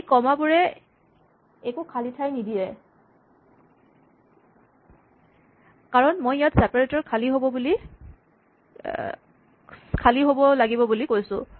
এই কমা বোৰে একো খালী ঠাই নিদিয়ে কাৰণ মই ইয়াত চেপাৰেটৰ খালী হব লাগিব বুলি কৈছোঁ